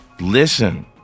listen